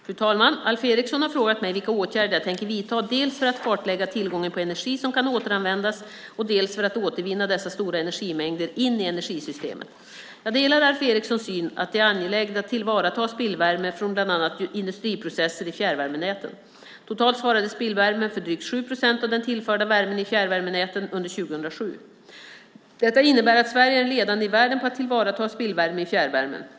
Fru talman! Alf Eriksson har frågat mig vilka åtgärder jag tänker vidta dels för att kartlägga tillgången på energi som kan återanvändas, dels för att återvinna dessa stora energimängder in i energisystemet. Jag delar Alf Erikssons syn att det är angeläget att tillvarata spillvärme från bland annat industriprocesser i fjärrvärmenäten. Totalt svarade spillvärmen för drygt 7 procent av den tillförda värmen i fjärrvärmenäten under 2007. Detta innebär att Sverige är ledande i världen på att tillvarata spillvärme i fjärrvärmen.